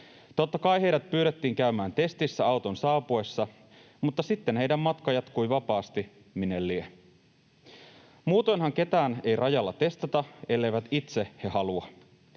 Totta kai heidät pyydettiin käymään testissä auton saapuessa, mutta sitten heidän matka jatkui vapaasti — minne lie. Muutoinhan ketään ei rajalla testata, elleivät itse he halua.